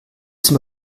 zum